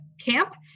camp